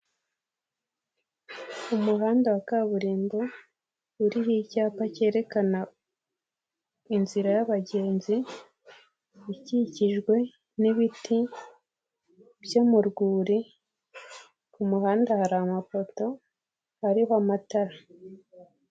Umuhanda wa kaburimbo, uriho icyapa cyerekana inzira y'abagenzi, ikikijwe n'ibiti byo mu rwuri, ku muhanda hari amapoto ariho amatara.